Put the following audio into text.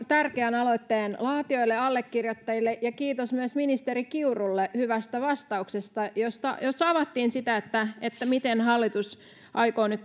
tärkeän aloitteen laatijoille ja allekirjoittajille ja kiitos myös ministeri kiurulle hyvästä vastauksesta jossa avattiin sitä miten hallitus aikoo nyt